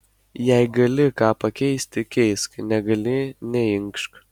jei gali ką pakeisti keisk negali neinkšk